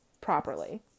properly